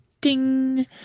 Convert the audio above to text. ding